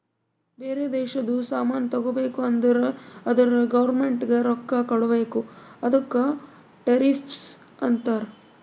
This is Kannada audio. ಬೇರೆ ದೇಶದು ಸಾಮಾನ್ ತಗೋಬೇಕು ಅಂದುರ್ ಅದುರ್ ಗೌರ್ಮೆಂಟ್ಗ ರೊಕ್ಕಾ ಕೊಡ್ಬೇಕ ಅದುಕ್ಕ ಟೆರಿಫ್ಸ್ ಅಂತಾರ